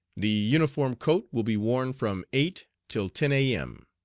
the uniform coat will be worn from eight till ten a m.